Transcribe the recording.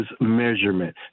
measurement